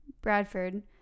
Bradford